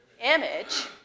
image